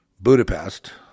Budapest